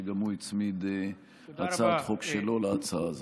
שגם הוא הצמיד הצעת החוק שלו להצעה הזאת.